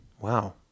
Wow